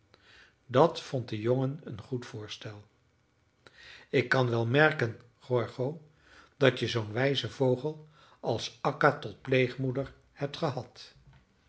dat vond de jongen een goed voorstel ik kan wel merken gorgo dat je zoo'n wijzen vogel als akka tot pleegmoeder hebt gehad